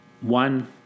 one